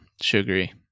Sugary